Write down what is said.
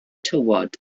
tywod